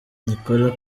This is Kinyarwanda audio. nicolas